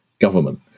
government